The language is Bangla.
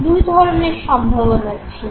দুই ধরণের সম্ভাবনা ছিল